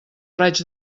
raig